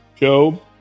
Job